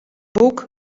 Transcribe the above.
boek